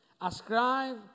Ascribe